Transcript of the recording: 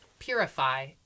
Purify